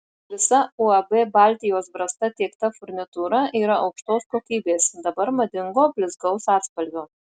visa uab baltijos brasta tiekta furnitūra yra aukštos kokybės dabar madingo blizgaus atspalvio